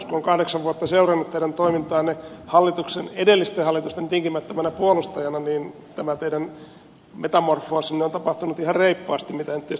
kun on kahdeksan vuotta seurannut teidän toimintaanne edellisten hallitusten tinkimättömänä puolustajana niin tämä teidän metamorfoosinne on tapahtunut ihan reippaasti mitä en nyt tietysti epäillytkään